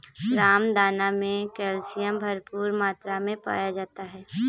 रामदाना मे कैल्शियम भरपूर मात्रा मे पाया जाता है